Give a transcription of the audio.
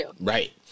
Right